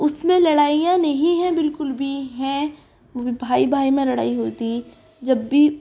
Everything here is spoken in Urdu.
اس میں لڑائیاں نہیں ہیں بالکل بھی ہیں بھائی بھائی میں لڑائی ہوتی جب بھی